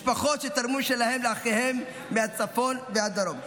משפחות שתרמו משלהן לאחיהם מהצפון מהדרום,